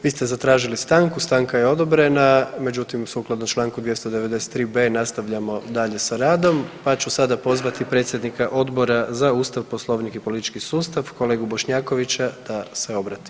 Vi ste zatražili stanku, stanka je odobrena, međutim sukladno čl. 293.b nastavljamo dalje sa radom, pa ću sada pozvati predsjednika Odbora za Ustav, Poslovnik i politički sustav kolegu Bošnjakovića da se obrati.